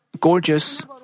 gorgeous